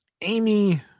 Amy